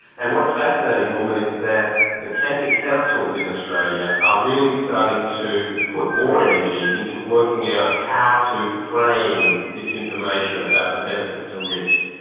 and what's fascinating, norman, is that the cancer councils in australia are really starting to put more energy into working out how to frame this information about the benefits and risks,